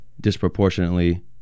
disproportionately